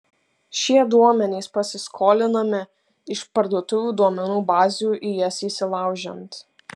šie duomenys pasiskolinami iš parduotuvių duomenų bazių į jas įsilaužiant